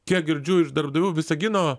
kiek girdžiu iš darbdavių visagino